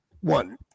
One